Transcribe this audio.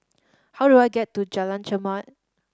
how do I get to Jalan Chermat